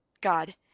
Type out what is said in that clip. God